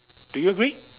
do you agree